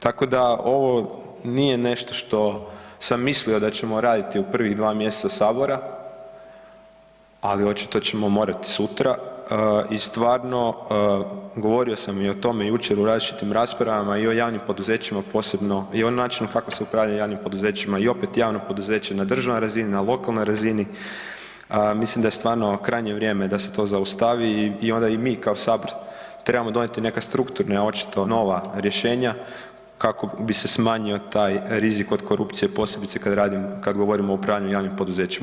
Tako da ovo nije nešto što sam mislio da ćemo raditi u prvih dva mjeseca sabora, ali očito ćemo morati sutra i stvarno govorio sam i o tome jučer u različitim raspravama i o javnim poduzećima, posebno i o načinu kako se upravlja javnim poduzećima i opet javno poduzeće na državnoj razini, na lokalnoj razini, mislim da je stvarno krajnje vrijeme da se to zaustavi i onda i mi kao sabor trebamo donijeti neka strukturne očito nova rješenja kako bi se smanjio taj rizik od korupcije, posebice kad radim, kad govorimo o upravljanju javnim poduzećima.